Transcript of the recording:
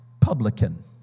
publican